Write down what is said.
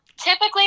typically